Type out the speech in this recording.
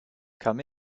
come